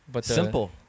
Simple